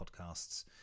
Podcasts